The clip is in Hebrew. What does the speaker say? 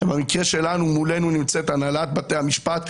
במקרה שלנו מולנו נמצאת הנהלת בתי המשפט,